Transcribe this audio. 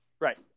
Right